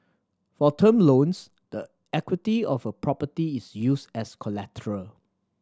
for term loans the equity of a property is used as collateral